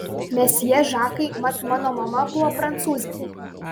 mesjė žakai mat mano mama buvo prancūzė